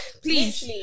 please